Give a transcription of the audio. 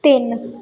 ਤਿੰਨ